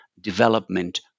development